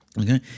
Okay